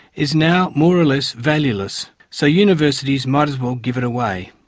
is now more or less valueless so universities might as well give it away.